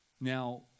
Now